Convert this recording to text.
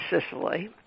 Sicily